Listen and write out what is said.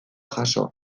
jaso